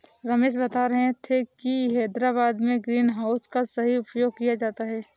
रमेश बता रहे थे कि हैदराबाद में ग्रीन हाउस का सही उपयोग किया जाता है